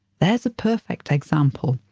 there's a perfect example.